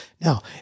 Now